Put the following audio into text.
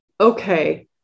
okay